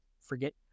forget